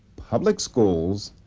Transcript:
public schools,